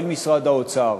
אל משרד האוצר,